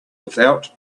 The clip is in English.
without